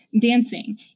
Dancing